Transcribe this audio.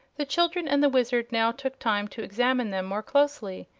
the children and the wizard now took time to examine them more closely.